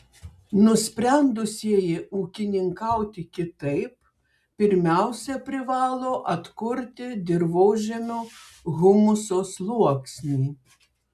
nusprendusieji ūkininkauti kitaip pirmiausia privalo atkurti dirvožemio humuso sluoksnį